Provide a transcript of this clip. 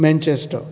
Manchester